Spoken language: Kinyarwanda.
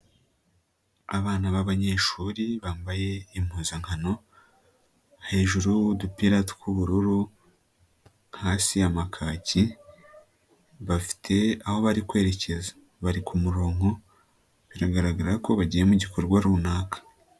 Abana b'abanyeshuri bambaye impuzankano, hejuru udupira tw'ubururu, hasi amakaki, bafite aho bari kwerekeza, bari ku murongo, biragaragara ko bagiye mu igikorwa runaka.